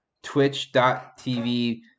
Twitch.tv